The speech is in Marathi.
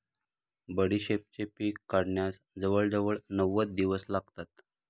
बडीशेपेचे पीक वाढण्यास जवळजवळ नव्वद दिवस लागतात